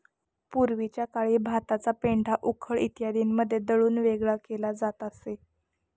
पूर्वीच्या काळी भाताचा पेंढा उखळ इत्यादींमध्ये दळून वेगळा केला जात असे